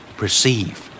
perceive